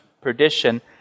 perdition